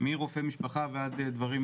מרופא משפחה ועד דברים